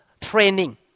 training